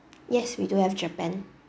yes we do have japan